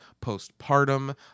postpartum